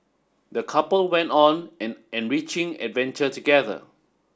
the couple went on an enriching adventure together